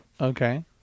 Okay